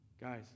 guys